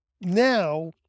now